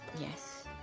Yes